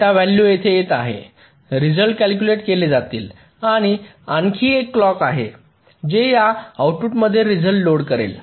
data value येथे येत आहे रिझल्ट कॅल्कुलेट केले जातील आणि आणखी एक क्लॉक आहे जे या आउटपुटमध्ये रिझल्ट लोड करेल